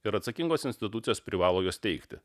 ir atsakingos institucijos privalo juos teikti